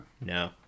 No